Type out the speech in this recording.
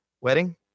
wedding